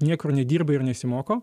niekur nedirba ir nesimoko